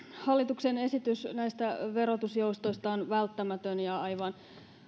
hallituksen esitys näistä verotusjoustoista on välttämätön ja aivan